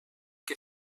que